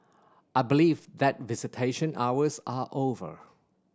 I believe that visitation hours are over